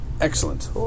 Excellent